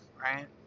right